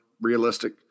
realistic